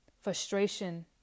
frustration